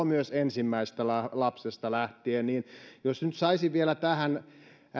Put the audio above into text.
myös ensimmäistä lapsesta lähtien jos nyt saisi vielä tähän